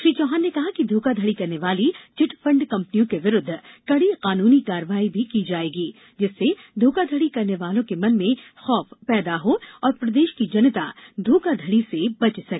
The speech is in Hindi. श्री चौहान ने कहा है कि धोखाधड़ी करने वाली चिटफंड कम्पनियों के विरूद्ध कड़ी कानूनी कार्यवाही भी की जाएगी जिससे धोखाधड़ी करने वालों के मन में खौफ पैदा हो और प्रदेश की जनता धोखाधड़ी से बच सके